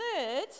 third